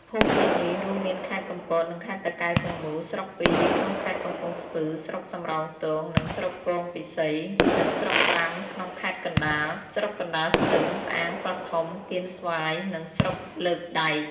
ភូមិភាគនេះ រួមមានខេត្តកំពតនិងខេត្តតាកែវទាំងមូល ស្រុកពីរ ក្នុងខេត្តកំពង់ស្ពឺ (ស្រុកសំរោងទង និងស្រុកគងពិសី) និងស្រុកប្រាំក្នុងខេត្តកណ្តាល (ស្រុកកណ្តាលស្ទឹង ស្អាង កោះធំ កៀនស្វាយ និងស្រុកលើកដែក)។